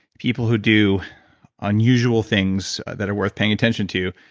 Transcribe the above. people who do unusual things that are worth paying attention to,